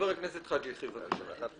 חברת הכנסת חאג' יחיא, בבקשה.